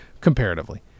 comparatively